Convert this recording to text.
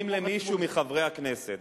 אם למישהו מחברי הכנסת,